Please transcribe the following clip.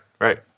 right